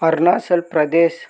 Arunachal Pradesh